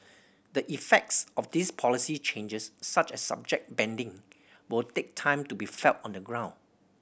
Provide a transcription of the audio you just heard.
the effects of these policy changes such as subject banding will take time to be felt on the ground